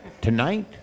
Tonight